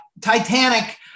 Titanic